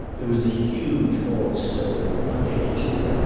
there was a huge hall stove, not yet heated,